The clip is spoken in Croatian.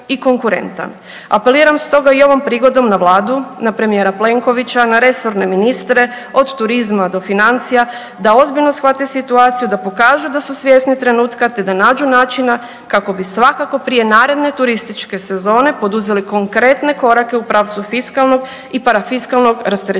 Apeliram stoga i ovom prigodom na vladu, na premijera Plenkovića, na resorne ministre od turizma do financija da ozbiljno shvate situaciju, da pokažu da su svjesni trenutka, te da nađu načina kako bi svakako prije naredne turističke sezone poduzeli konkretne korake u pravcu fiskalnog i parafiskalnog rasterećenja